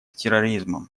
терроризмом